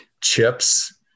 Chips